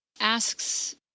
asks